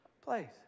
place